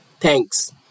thanks